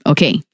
Okay